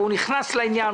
והוא נכנס לעניין.